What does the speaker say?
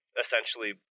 essentially